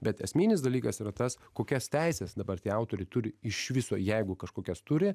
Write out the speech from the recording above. bet esminis dalykas yra tas kokias teises dabar tie autoriai turi iš viso jeigu kažkokias turi